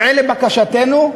שעה לבקשתנו,